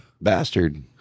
bastard